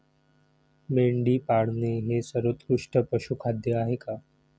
मेंढी पाळणे हे सर्वोत्कृष्ट पशुखाद्य आहे का?